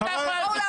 תגיעו לעבודה.